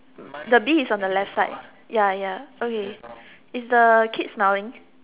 the bee is on the left side ya ya okay is the kid smiling